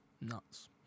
Nuts